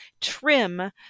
Trim